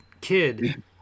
kid